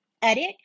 Edit